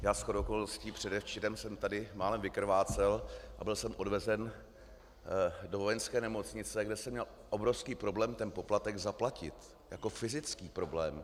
Já shodou okolností předevčírem jsem tady málem vykrvácel a byl jsem odvezen do Vojenské nemocnice, kde jsem měl obrovský problém ten poplatek zaplatit fyzický problém.